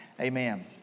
Amen